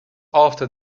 after